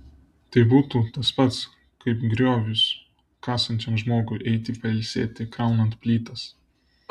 tai būtų tas pats kaip griovius kasančiam žmogui eiti pailsėti kraunant plytas